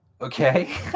Okay